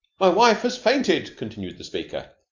my wife has fainted, continued the speaker.